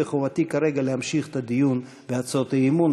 וחובתי כרגע להמשיך את הדיון בהצעות האי-אמון.